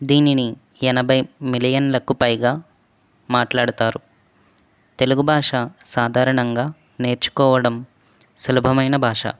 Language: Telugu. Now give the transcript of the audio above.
దీనిని ఎనభై మిలియన్లకు పైగా మాట్లాడుతారు తెలుగు భాష సాధారణంగా నేర్చుకోవడం సులభమైన భాష